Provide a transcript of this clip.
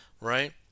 right